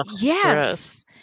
yes